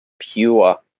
pure